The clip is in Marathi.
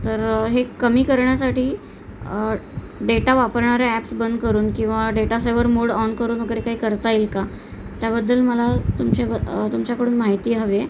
तर हे कमी करण्यासाठी डेटा वापरणाऱ्या ॲप्स बंद करून किंवा डेटा सेवर मोड ऑन करून वगैरे काही करता येईल का त्याबद्दल मला तुमच्याब तुमच्याकडून माहिती हवी आहे